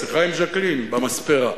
השיחה עם ז'קלין במספרה.